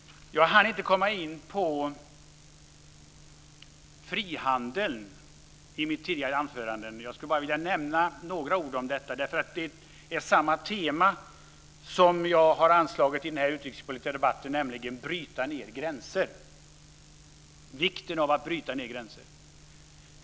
Jag hann inte i mina tidigare anföranden komma in på frihandeln. Jag ska nämna några ord om detta. Det är samma tema som jag har anslagit i den utrikespolitiska debatten, nämligen vikten av att bryta ned gränser.